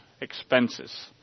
expenses